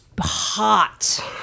hot